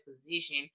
position